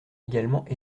également